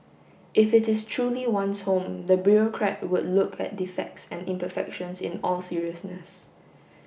if it is truly one's home the bureaucrat would look at defects and imperfections in all seriousness